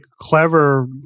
clever